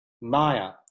maya